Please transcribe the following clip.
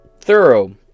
thorough